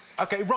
ok, right,